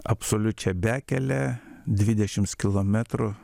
absoliučia bekele dvidešims kilometrų